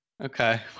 okay